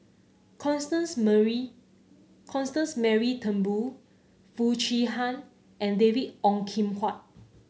Constance Mary Constance Mary Turnbull Foo Chee Han and David Ong Kim Huat